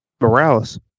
Morales